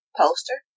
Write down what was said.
poster